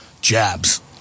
jabs